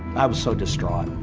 i was so distraught.